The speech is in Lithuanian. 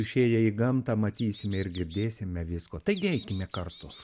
išėję į gamtą matysime ir girdėsime visko taigi eikime kartu